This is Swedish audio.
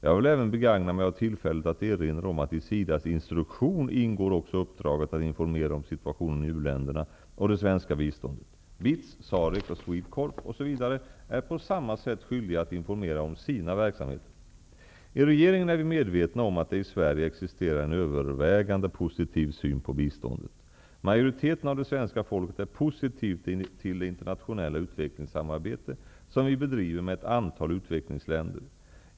Jag vill även begagna mig av tillfället att erinra om att i SIDA:s instruktion ingår också uppdraget att informera om situationen i u-länderna och om det svenska biståndet. BITS, SAREC och SWEDECORP osv. är på samma sätt skyldiga att informera om sina verksamheter. I regeringen är vi medvetna om att det i Sverige existerar en övervägande positiv syn på biståndet. Majoriteten av det svenska folket är positiv till det internationella utvecklingssamarbete som vi bedriver med ett antal utvecklingsländer.